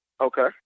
Okay